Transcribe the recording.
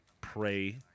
pray